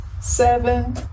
seven